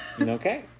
Okay